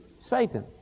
Satan